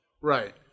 right